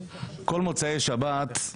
בכל מוצאי שבת,